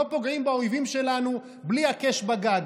לא פוגעים באויבים שלנו בלי הקש בגג.